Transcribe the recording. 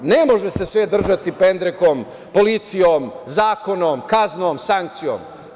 Ne može se sve držati pod pendrekom, policijom, zakonom, kaznom, sankcijom.